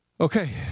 Okay